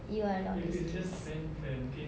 you are not this case